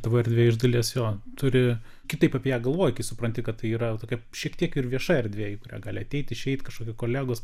tavo erdvė iš dalies jo turi kitaip apie ją galvoji supranti kad tai yra tokia šiek tiek ir vieša erdvė į kurią gali ateit išeit kažkokie kolegos